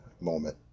moment